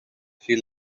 she